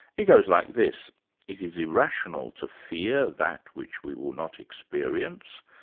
it goes like this, it is irrational to fear that which we will not experience,